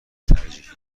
ترجیحی